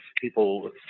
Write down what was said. people